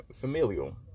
familial